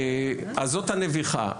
אז זאת הנביחה.